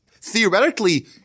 Theoretically